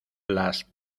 las